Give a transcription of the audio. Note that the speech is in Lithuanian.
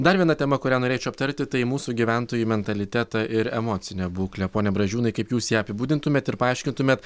dar viena tema kurią norėčiau aptarti tai mūsų gyventojų mentalitetą ir emocinę būklę pone bražiūnai kaip jūs ją apibūdintumėt ir paaiškintumėt